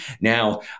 Now